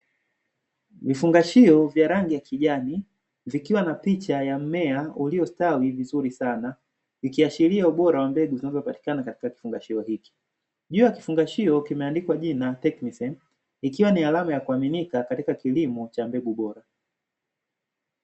Vifungashio vya rangi ya kijani zikiwa na picha ya mmea uliostawi vizuri sana, ikiashiria ubora wa mbegu zinazopatikana katika kifungashio hiki juu ya kifungashio kimeandikwa jina "tecknisem", ikiwa ni alama ya kuaminika katika kilimo cha mbegu bora.